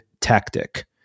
tactic